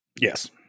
Yes